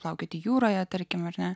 plaukioti jūroje tarkim ar ne